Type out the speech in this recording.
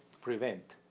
prevent